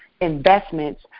investments